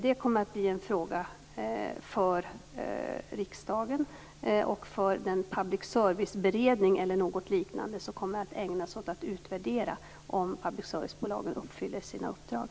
Det kommer att bli en fråga för riksdagen och för den public service-beredning, eller något liknande, som kommer att ägna sig åt att utvärdera om public service-bolagen uppfyller sina uppdrag.